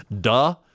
Duh